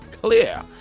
clear